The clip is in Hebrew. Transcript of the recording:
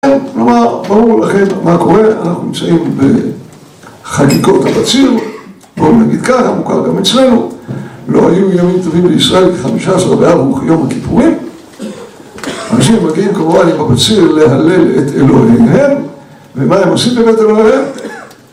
נאמר, ברור לכם מה קורה, אנחנו נמצאים בחגיגות הבציר בואו נגיד ככה, מוכר גם אצלנו. לא היו ימים טובים לישראל כי 15 באב הוא יום הכיפורים. אנשים מגיעים כמובן עם הבציר להלל את אלוהיהם ומה הם עשו באמת אלוהיהם?